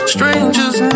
Strangers